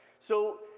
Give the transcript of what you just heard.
so,